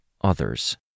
others